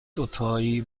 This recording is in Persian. دوتایی